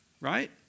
Right